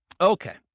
Okay